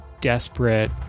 desperate